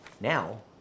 Now